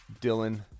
Dylan